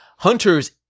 Hunters